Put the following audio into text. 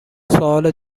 سوال